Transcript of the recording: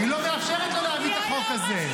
היא לא מאפשרת לו להביא את החוק הזה.